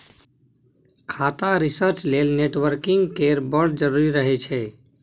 खाता रिसर्च लेल नेटवर्किंग केर बड़ जरुरी रहय छै